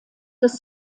des